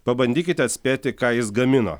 pabandykit atspėti ką jis gamino